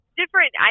different